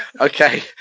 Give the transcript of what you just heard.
Okay